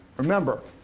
remember,